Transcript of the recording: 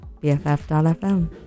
bff.fm